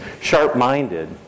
sharp-minded